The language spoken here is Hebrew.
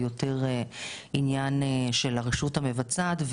היא יותר עניין של הרשות המבצעת,